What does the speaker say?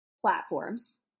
platforms